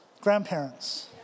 grandparents